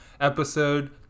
episode